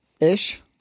ish